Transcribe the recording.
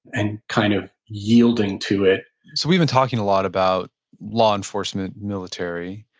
and kind of yielding to it we've been talking a lot about law enforcement, military.